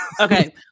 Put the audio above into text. Okay